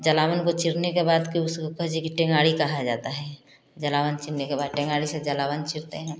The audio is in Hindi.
जलामन को चिरने के बाद के उसको जी टेंगारी कहा जाता है जलामन चिरने के बाद टेंगारी से जलामन चिरते हैं